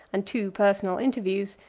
and two personal interviews,